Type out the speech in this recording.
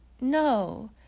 no